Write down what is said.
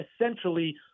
essentially